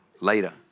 later